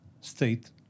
state